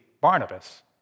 Barnabas